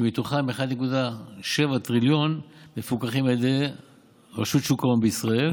ומתוכם 1.7 טריליון מפוקחים על ידי רשות שוק ההון בישראל.